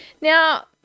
Now